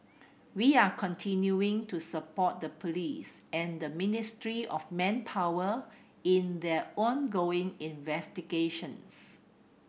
we are continuing to support the police and the Ministry of Manpower in their ongoing investigations